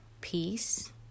peace